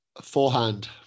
Forehand